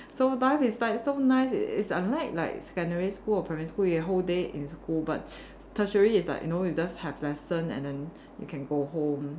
so life is like so nice it's it's unlike like secondary school or primary school the whole day in school but tertiary is like you know you just have lesson and then you can go home